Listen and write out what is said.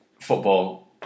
football